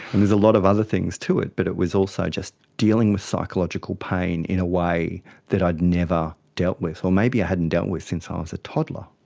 and there's a lot of other things to it but it was also just dealing with psychological pain in a way that i'd never dealt with, or maybe i hadn't dealt with since i um was a toddler.